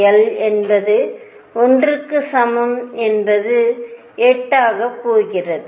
L என்பது 1 க்கு சமம் என்பது 8 ஆகப்போகிறது